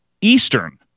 Eastern